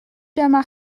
dyma